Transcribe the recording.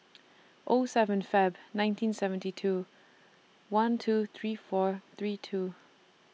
O seven Feb nineteen seventy two one two three four three two